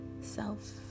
Self